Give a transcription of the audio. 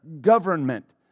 government